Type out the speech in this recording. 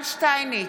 יובל שטייניץ,